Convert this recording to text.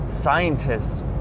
scientists